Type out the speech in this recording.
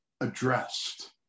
addressed